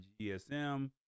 GSM